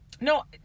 No